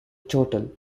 total